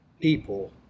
people